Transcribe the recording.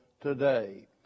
today